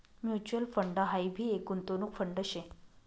mutual fund हाई भी एक गुंतवणूक फंड शे